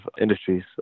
industries